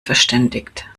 verständigt